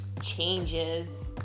changes